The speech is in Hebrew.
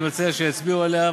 אני מציע שיצביעו עליה,